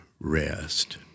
rest